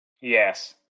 Yes